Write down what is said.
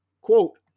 Quote